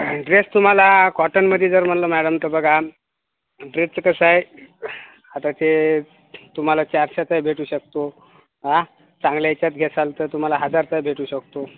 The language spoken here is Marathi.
ड्रेस तुम्हाला कॉटनमध्ये जर म्हणलं मॅडम तर बघा ड्रेसचं कसं आहे आता ते तुम्हाला चारशेचा भेटू शकतो हा चांगल्या याच्यात घेशाल तर तुम्हाला हजारचा भेटू शकतो